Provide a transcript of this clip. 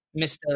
Mr